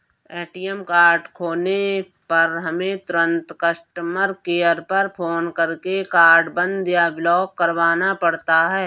ATM card खोने पर हमें तुरंत कस्टमर केयर पर फ़ोन करके कार्ड बंद या ब्लॉक करवाना पड़ता है